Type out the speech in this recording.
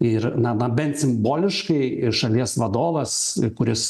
ir na na bent simboliškai ir šalies vadovas kuris